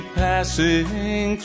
passing